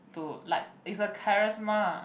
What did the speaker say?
to like is a charisma